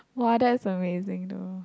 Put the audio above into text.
!woah! that's amazing though